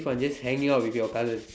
fun just hanging out with your cousin